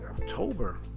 October